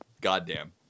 goddamn